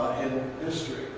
in history.